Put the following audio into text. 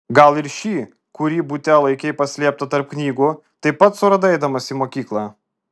gal ir šį kurį bute laikei paslėptą tarp knygų taip pat suradai eidamas į mokyklą